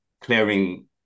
clearing